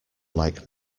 like